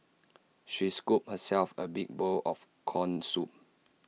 she scooped herself A big bowl of Corn Soup